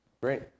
Great